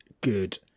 good